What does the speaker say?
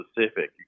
specific